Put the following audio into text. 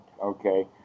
Okay